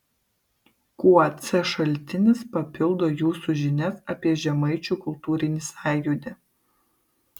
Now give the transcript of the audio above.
kuo c šaltinis papildo jūsų žinias apie žemaičių kultūrinį sąjūdį